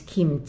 Kim